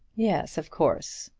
yes of course.